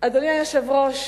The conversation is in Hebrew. אדוני היושב-ראש,